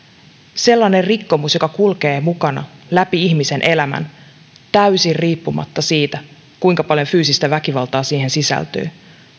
sellainen rikkomus joka kulkee mukana läpi ihmisen elämän täysin riippumatta siitä kuinka paljon fyysistä väkivaltaa siihen sisältyy